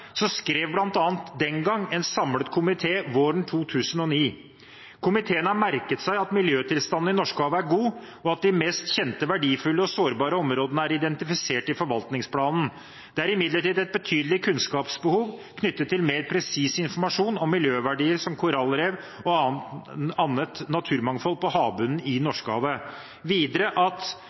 skrev en samlet komité den gangen, våren 2009, bl.a.: «Komiteen har merket seg at miljøtilstanden i Norskehavet er god, og at de mest kjente verdifulle og sårbare områdene er identifisert i forvaltningsplanen. Det er imidlertid et betydelig kunnskapsbehov knyttet til mer presis informasjon om miljøverdier som korallrev og annet naturmangfold på havbunnen i Norskehavet.» Videre står det at: